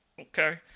Okay